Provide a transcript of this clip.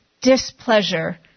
displeasure